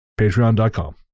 patreon.com